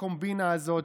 בקומבינה הזאת,